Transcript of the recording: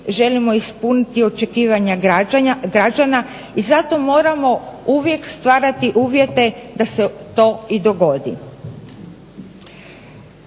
želimo ispuniti očekivanja građana i zato moramo uvijek stvarati uvjete da se to i dogodi